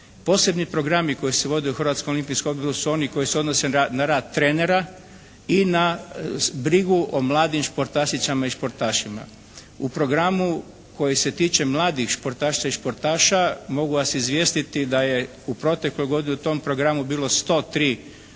Posebni programi koji se vode u Hrvatskom olimpijskom odboru su oni koji se odnose na rad trenera i na brigu o mladim športašicama i športašima. U programu koji se tiče mladih športašica i športaša mogu vas izvijestiti da je u protekloj godini u tom programu bilo 103